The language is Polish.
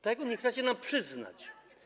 Tego nie chcecie nam przyznać.